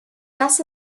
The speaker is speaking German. das